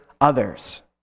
others